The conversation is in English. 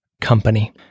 company